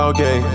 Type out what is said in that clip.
Okay